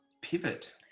Pivot